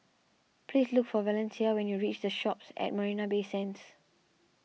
please look for Valencia when you reach the Shoppes at Marina Bay Sands